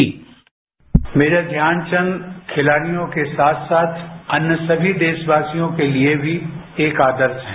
bite major Dhyan Chand खिलाड़ियों के साथ साथ अन्य सभी देशवासियों के लिए भी एक आदर्श हैं